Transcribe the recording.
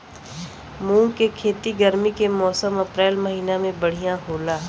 मुंग के खेती गर्मी के मौसम अप्रैल महीना में बढ़ियां होला?